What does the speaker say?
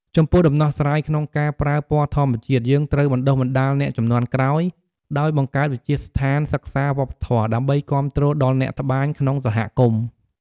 ចំពោះដំណោះស្រាយក្នុងការប្រើពណ៌ធម្មជាតិ យើងត្រូវបណ្ដុះបណ្ដាលអ្នកជំនាន់ក្រោយ ដោយបង្កើតវិទ្យាស្ថានសិក្សាវប្បធម៌ ដើម្បីគាំទ្រដល់អ្នកត្បាញក្នុងសហគមន៍។